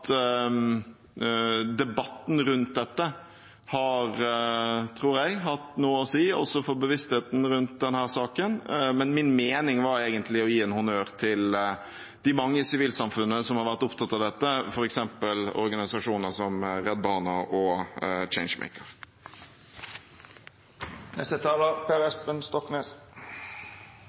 debatten rundt dette – tror jeg – hatt noe å si, også for bevisstheten rundt denne saken. Men min mening var egentlig å gi en honnør til de mange i sivilsamfunnet som har vært opptatt av dette, f.eks. organisasjoner som Redd Barna og